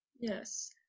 Yes